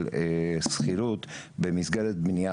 שהוא מוגבל.